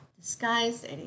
disguised